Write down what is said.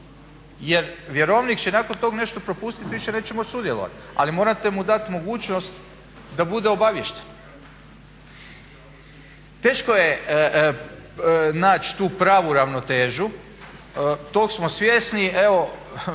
jer vjerovnik će nakon tog nešto propustiti i više neće moći sudjelovati, ali morate mu dat mogućnost da bude obaviješten. Teško je naći tu pravu ravnotežu, tog smo svjesni. Evo